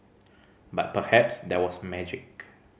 but perhaps there was magic